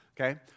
Okay